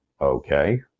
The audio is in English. Okay